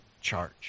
charge